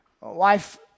Wife